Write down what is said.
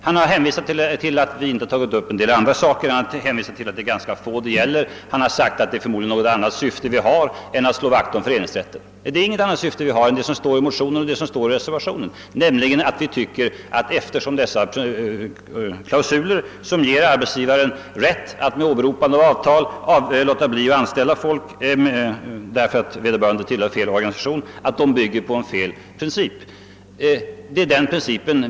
Han har hänvisat till att vi inte har tagit upp en del andra saker, att det är fråga om ganska få fall och att vi förmodligen har något annat syfte än att slå vakt om föreningsrätten. Vi har inget annat syfte än det som står i motionen och i reservationen. Vi anser att en klausul som ger arbetsgivaren rätt att låta bli att anställa en person med hänvisning till att vederbörande inte tillhör en viss organisation bygger på en felaktig princip.